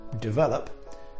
develop